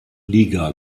liga